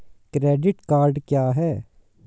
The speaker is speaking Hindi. क्रेडिट कार्ड क्या है?